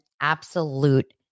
absolute